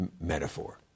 metaphor